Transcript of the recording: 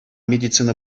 медицина